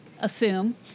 assume